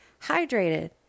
hydrated